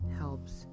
helps